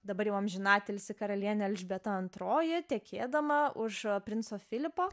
dabar jau amžinatilsį karalienė elžbieta antroji tekėdama už princo filipo